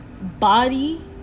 body